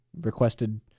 requested